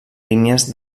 línies